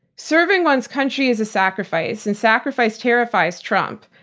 serving one's country is a sacrifice, and sacrifice terrifies trump.